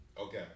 Okay